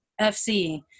FC